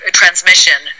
transmission